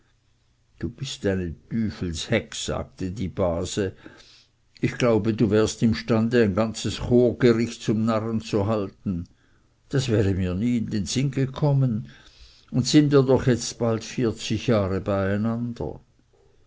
du bist eine tüfels hex sagte die base ich glaube du wärest imstande ein ganzes chorgericht zum narren zu halten das wäre mir nie in den sinn gekommen und sind wir doch jetzt bald vierzig jahre